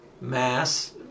mass